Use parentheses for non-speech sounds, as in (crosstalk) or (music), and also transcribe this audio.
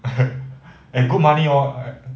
(laughs) good money orh